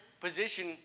position